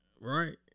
Right